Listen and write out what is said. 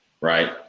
right